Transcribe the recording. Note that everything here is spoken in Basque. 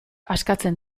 askatzen